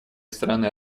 стороны